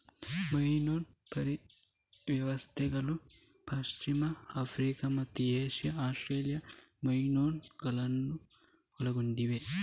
monsoon ವ್ಯವಸ್ಥೆಗಳು ಪಶ್ಚಿಮ Africa ಮತ್ತು ಏಷ್ಯಾ ಆಸ್ಟ್ರೇಲಿಯನ್ ಮಾನ್ಸೂನುಗಳನ್ನು ಒಳಗೊಂಡಿವೆ